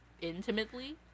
intimately